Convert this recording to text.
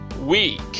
week